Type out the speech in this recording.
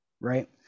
Right